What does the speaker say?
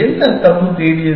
என்ன தபு தேடியது